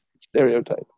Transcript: stereotype